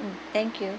mm thank you